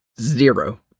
Zero